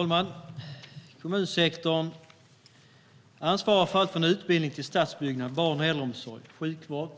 Herr talman! Kommunsektorn ansvarar för utbildning, stadsbyggnad, barn och äldreomsorg, sjukvård,